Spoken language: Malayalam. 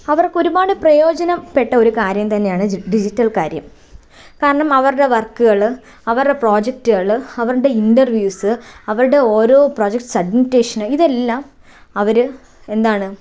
അവർക്കൊരുപാട് പ്രയോജനപ്പെട്ട ഒരു കാര്യം തന്നെയാണ് ഡി ഡിജിറ്റൽ കാര്യം കാരണം അവരുടെ വർക്കുകള് അവരുടെ പ്രോജക്ടുകള് അവരുടെ ഇന്റർവ്യൂസ് അവരുടെ ഓരോ പ്രോജക്ട് സബ്മിറ്റേഷന് ഇതെല്ലാം അവര് എന്താണ്